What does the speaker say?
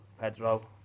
Pedro